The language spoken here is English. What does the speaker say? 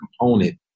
component